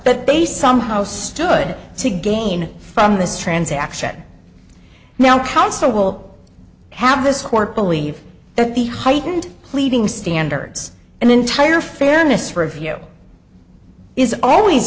but they somehow stood to gain from this transaction now counsel will have this court believe that the heightened pleading standards and entire fairness review is always